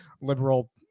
liberal